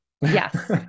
Yes